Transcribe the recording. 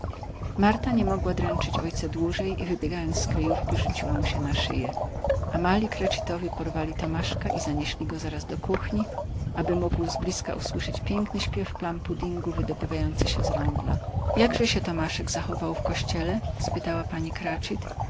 marta nie mogła dręczyć ojca dłużej i wybiegając z kryjówki rzuciła mu się na szyję a mali cratchitowie porwali tomaszka i zanieśli go zaraz do kuchni aby mógł zblizka usłyszeć piękny śpiew plumpuddingu wydobywający się z rądla jakże się tomaszek zachował w kościele spytała pani cratchit